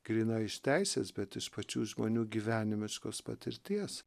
grynai iš teisės bet iš pačių žmonių gyvenimiškos patirties